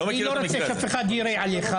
אני לא רוצה שאף אחד ירה עלייך.